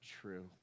true